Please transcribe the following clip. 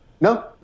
No